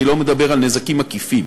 אני לא מדבר על נזקים עקיפים.